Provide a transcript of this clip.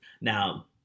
now